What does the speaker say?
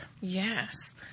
Yes